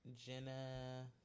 Jenna